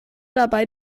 dabei